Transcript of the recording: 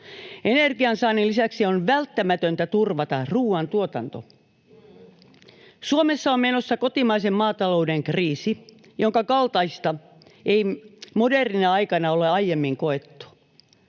Energiansaannin lisäksi on välttämätöntä turvata ruuantuotanto. Suomessa on menossa kotimaisen maatalouden kriisi, jonka kaltaista ei modernina aikana ole aiemmin koettu.